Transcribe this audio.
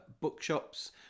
bookshops